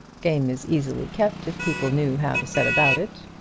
game is easily kept if people knew how to set about it.